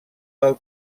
del